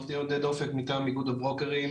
אני עורך הדין עודד אופק מטעם איגוד הברוקרים,